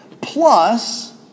plus